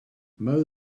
mow